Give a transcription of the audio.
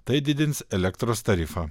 tai didins elektros tarifą